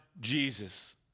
Jesus